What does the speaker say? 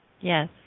Yes